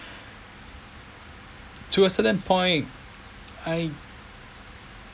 to a certain point I